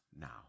now